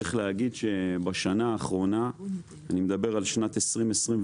צריך להגיד שבשנה האחרונה, אני מדבר על שנת 2021,